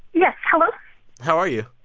yeah hello how are you?